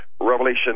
Revelation